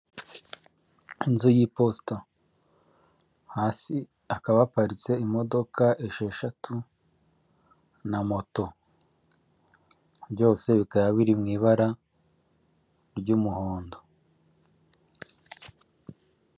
Inzu y'iposita hasi hakaba haparitse imodoka esheshatu na moto byose bikaba biri mu ibara ry'umuhondo.